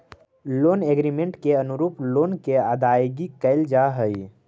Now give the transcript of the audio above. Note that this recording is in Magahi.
लोन एग्रीमेंट के अनुरूप लोन के अदायगी कैल जा हई